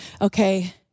okay